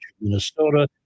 Minnesota